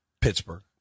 Pittsburgh